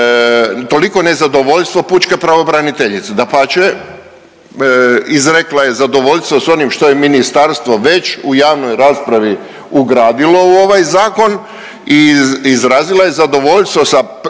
toliko nezadovoljstvo pučke pravobraniteljice, dapače, izrekla je zadovoljstvo s onim što je ministarstvo već u javnoj raspravi ugradilo u ovaj zakon i izrazila je zadovoljstvo sa